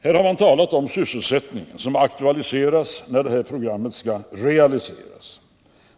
Här har man talat om sysselsättning, som aktualiseras när detta program skall realiseras.